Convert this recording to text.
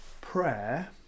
Prayer